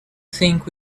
think